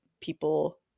people